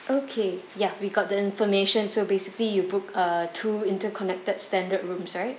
okay ya we got the information so basically you book uh two interconnected standard rooms right